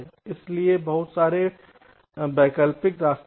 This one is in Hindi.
इसलिए बहुत सारे वैकल्पिक रास्ते हैं